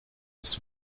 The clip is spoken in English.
was